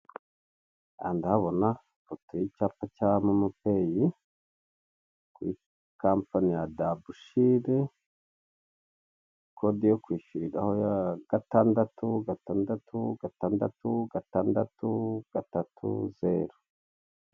Umugabo wirabura uri guseka yambaye umupira w'umuhundo, awambariye ku ishati y'umukara yicaye ku gare, inyuma ye hari abandi bantu bicaye mu mutaka w'ikigo k'itumanaho cya emutiyeni, abandi barahagaze.